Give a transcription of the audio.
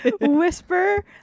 whisper